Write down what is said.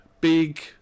big